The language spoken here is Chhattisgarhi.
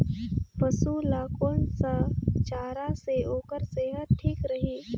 पशु ला कोन स चारा से ओकर सेहत ठीक रही?